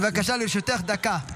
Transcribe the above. בבקשה, לרשותך דקה.